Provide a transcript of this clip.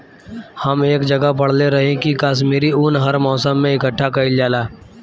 हम एक जगह पढ़ले रही की काश्मीरी उन हर मौसम में इकठ्ठा कइल जाला